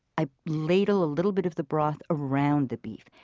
i ladle a little bit of the broth around the beef.